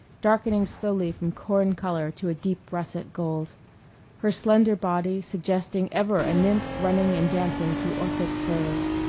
darkening slowly from corn color to a deep russet gold her slender body suggesting ever a nymph running and dancing through orphic groves.